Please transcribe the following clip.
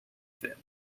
family